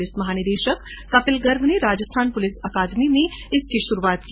police महानिदेशक कपिल गर्ग ने Rajasthan police academy में इसकी शुरूआत की